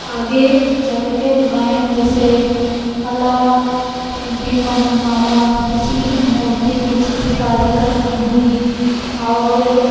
आगे चलकर ड्रॉइन्ग जैसे कला पेन्टिन्ग बनाना हुआ जैसे किसी मूर्ति की चित्रकारी करनी हुई और